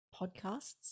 podcasts